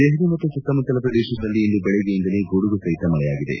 ದೆಹಲಿ ಮತ್ತು ಸುತ್ತಮುತ್ತಲ ಪ್ರದೇಶಗಳಲ್ಲಿ ಇಂದು ಬೆಳಗ್ಗೆಯಿಂದಲೇ ಗುಡುಗು ಸಹಿತ ಮಳೆಯಾಗಿದೆ